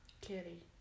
Kitty